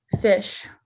fish